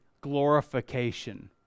glorification